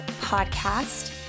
podcast